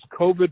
COVID